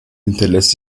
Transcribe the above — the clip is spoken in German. hinterlässt